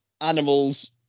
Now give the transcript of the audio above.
animals